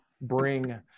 bring